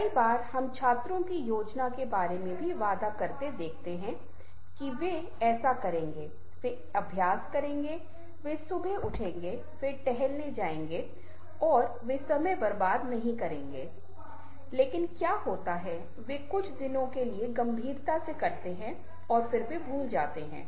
कई बार हम छात्रों की योजना के बारे में भी वादा करते देखते है कि वे ऐसा करेंगे वे अभ्यास करेंगे वे सुबह उठेंगे वे टहलने जाएंगे वे समय बर्बाद नहीं करेंगे लेकिन क्या होता है वे कुछ दिनों के लिए गंभीरता से करते है और फिर वे भूल जाते हैं